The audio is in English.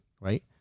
right